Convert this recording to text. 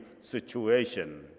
situation